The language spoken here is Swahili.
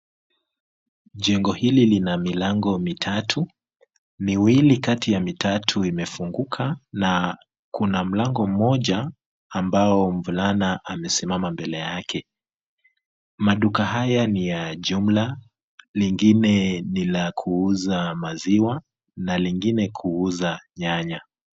Jengo hili lina milango mitatu, miwili kati ya mitatu imefunguka na kuna mlango mmoja ambao mvulana amesimama mbele yake. Maduka haya ni ya jumla, lingine ni la kuuza maziwa na lingine kuuza nyanya.